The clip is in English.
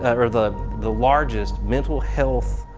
or the the largest, mental health